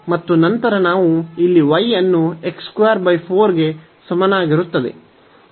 ಮತ್ತು ಈ ನೇರ ರೇಖೆಯು y 4 ಕ್ಕೆ ಸಮವಾಗಿರುತ್ತದೆ